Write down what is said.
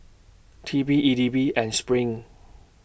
T P E D B and SPRING